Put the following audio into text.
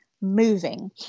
moving